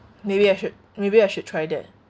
maybe I should maybe I should try that